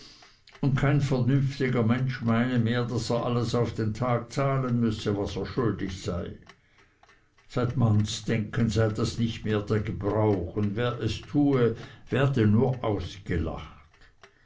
und kein vernünftiger mensch meine mehr daß er alles auf den tag zahlen müsse was er schuldig sei seit mannsdenken sei das nicht mehr der gebrauch und wer es tue werde nur ausgelacht